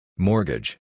Mortgage